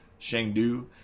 Shangdu